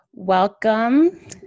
Welcome